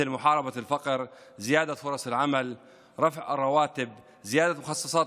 במקום שהיא תדאג לזכויות האדם ויוקר המחיה.